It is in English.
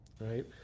right